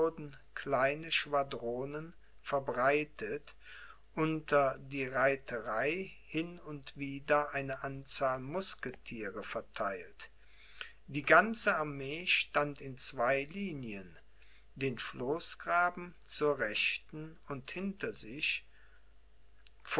kleine schwadronen verbreitet unter die reiterei hin und wieder eine anzahl musketiere vertheilt die ganze armee stand in zwei linien den floßgraben zur rechten und hinter sich